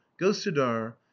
gosudar